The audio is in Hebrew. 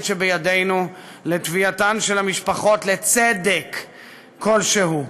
שבידינו לתביעתן של המשפחות לצדק כלשהו,